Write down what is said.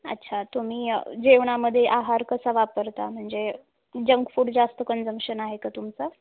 अच्छा तुम्ही जेवणामध्ये आहार कसा वापरता म्हणजे जंक फूड जास्त कनजम्शन आहे का तुमचं